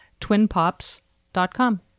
TwinPops.com